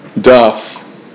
Duff